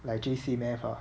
like J_C maths ah